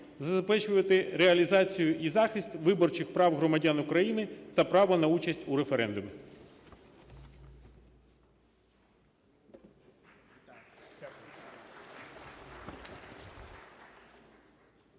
забезпечувати реалізацію і захист виборчих прав громадян України та права на участь у референдумі.